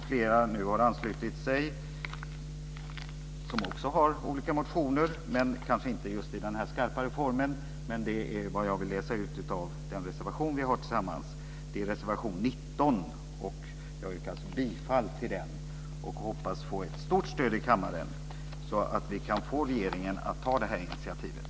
Flera har nu anslutit sig som också har olika motioner, men kanske inte just i den här skarpare formen. Det är vad jag vill läsa ut av den reservation vi har tillsammans. Det är reservation 19. Jag yrkar alltså bifall till den och hoppas få ett stort stöd i kammaren så att vi kan få regeringen att ta det här initiativet.